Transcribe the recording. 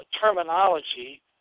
terminology